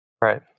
Right